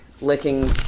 licking